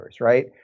right